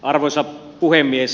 arvoisa puhemies